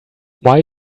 why